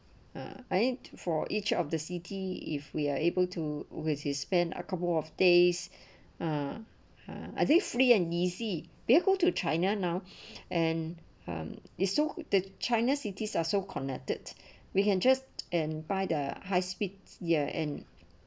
uh i think for each of the city if we are able to with his spent a couple of days uh ha i think free and easy be able to china now and um the so the china cities are so connected we can just and buy the high spirits ya and